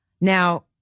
Now